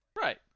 Right